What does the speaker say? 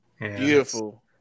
Beautiful